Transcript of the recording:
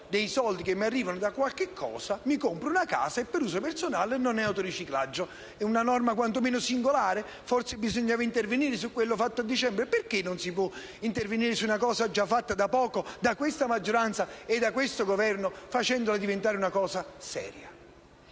dei soldi che arrivano da «qualcosa» e mi compro una casa per uso personale, non è autoriciclaggio. È una norma quantomeno singolare; forse bisognava intervenire su quanto approvato. Perché non si può intervenire su una misura introdotta da poco da questa maggioranza e da questo Governo facendola diventare una cosa seria?